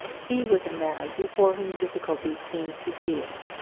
he was a man before whom difficulties seemed to yield,